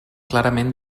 clarament